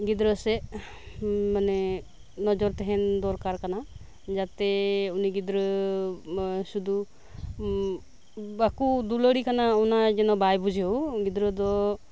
ᱜᱤᱫᱽᱨᱟᱹ ᱥᱮᱫ ᱢᱟᱱᱮ ᱱᱚᱡᱚᱨ ᱛᱟᱦᱮᱱ ᱫᱚᱨᱠᱟᱨ ᱠᱟᱱᱟ ᱡᱟᱛᱮ ᱩᱱᱤ ᱜᱤᱫᱽᱨᱟᱹ ᱥᱩᱫᱩ ᱵᱟᱠᱚ ᱫᱩᱞᱟᱹᱲᱮ ᱠᱟᱱᱟ ᱚᱱᱟ ᱡᱮᱱᱚ ᱵᱟᱭ ᱵᱩᱡᱷᱟᱹᱣ ᱜᱤᱫᱽᱨᱟᱹ ᱫᱚ